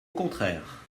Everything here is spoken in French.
contraire